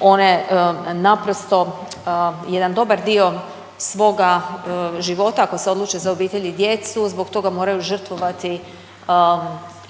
One naprosto jedan dobar dio svoga života ako se odluče za obitelj i djecu, zbog toga moraju žrtvovati